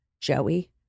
Joey